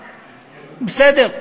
בסדר.